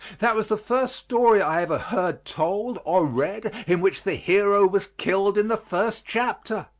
that was the first story i ever heard told or read in which the hero was killed in the first chapter.